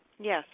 Yes